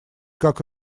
как